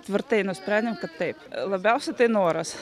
tvirtai nusprendėm kad taip labiausiai tai noras